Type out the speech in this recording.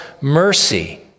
mercy